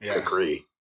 agree